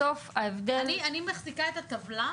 בסוף ההבדל --- אני מחזיקה את הטבלה,